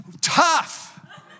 Tough